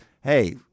hey